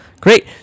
Great